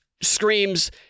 screams